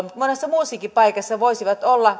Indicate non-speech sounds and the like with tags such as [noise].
[unintelligible] mutta monessa muussakin paikassa he voisivat olla